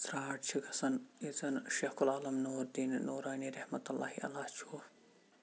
ژرار چھِ گَژھان یہِ زَن شیخُ عالَم نوٗر دیٖن نورانی رحمَتُہ لا علیہ چھُ